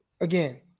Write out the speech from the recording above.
again